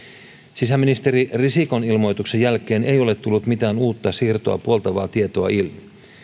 sisäministeri risikon ilmoituksen jälkeen ei ole tullut mitään uutta siirtoa puoltavaa tietoa ilmi